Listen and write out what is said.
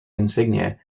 insignia